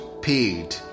paid